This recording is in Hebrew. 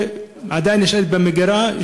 שנשארת עדיין במגירה,